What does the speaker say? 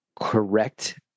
correct